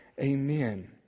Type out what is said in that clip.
Amen